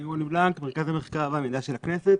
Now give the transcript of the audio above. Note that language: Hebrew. אני רוני בלנק ממרכז המחקר והמידע של הכנסת.